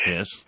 Yes